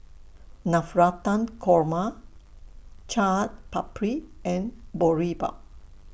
Navratan Korma Chaat Papri and Boribap